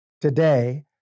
today